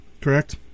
correct